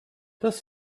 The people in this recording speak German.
das